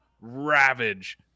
ravage